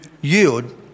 yield